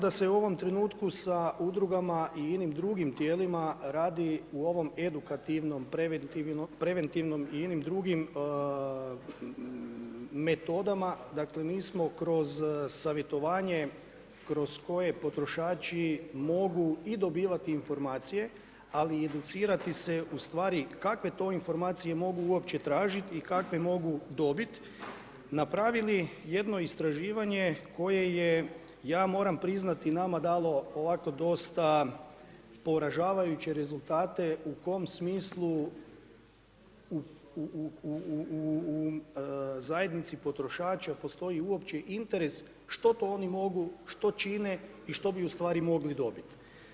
Pa ne samo da se u ovom trenutku sa udrugama i ... drugim tijelima radi u ovom edukativnom, preventivnom i drugim metodama, dakle mi smo kroz savjetovanje kroz koje potrošači mogu i dobivat informacije, ali educirati se ustvari kakve to informacije mogu uopće tražit i kakve mogu dobit napravili jedno istraživanje koje je, ja moram priznati nama dalo ovako dosta poražavajuće rezultate u kom smislu u zajednici potrošača postoji uopće interes što to oni mogu, što čine i što bi ustvari mogao dobit.